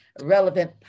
relevant